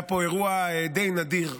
היה אירוע די נדיר,